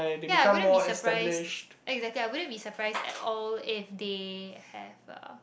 ya wouldn't be surprise exactly I wouldn't be surprised at all if they have a